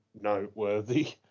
noteworthy